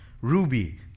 Ruby